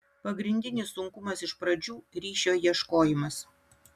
pagrindinis sunkumas iš pradžių ryšio ieškojimas